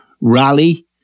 rally